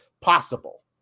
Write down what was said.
possible